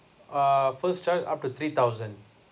uh first child up to three thousand